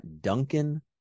Duncan